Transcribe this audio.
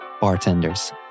bartenders